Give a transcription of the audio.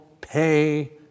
pay